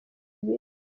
ibiri